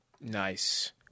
Nice